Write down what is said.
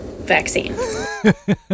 vaccine